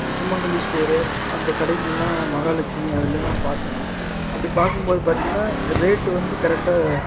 சுமங்கலி store அந்த கடைகள் எல்லாம் மகாலட்சுமி அதில் எல்லாம் பார்த்தேங்க அப்படி பார்க்கும்போது பார்த்தீங்கன்னா ரேட்டு வந்து கரெக்டாக